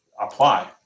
apply